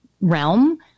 realm